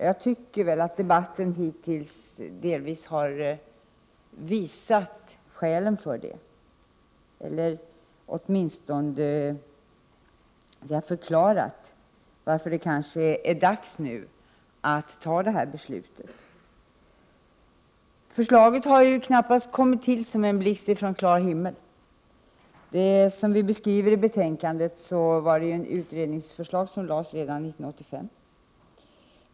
Jag tycker nog att debatten hittills delvis har visat vilka skälen är eller åtminstone förklarat varför det är dags att nu ta detta beslut. Förslaget har knappast kommit till som en blixt från en klar himmel. Som vi skriver i utskottsbetänkandet fanns det ett utredningsförslag som lades fram redan 1985.